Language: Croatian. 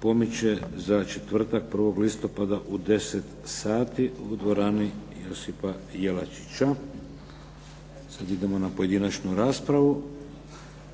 pomiče za četvrtak 1. listopada u 10 sati u dvorani "Josipa Jelačića". Sad idemo na pojedinačnu raspravu.